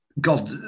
God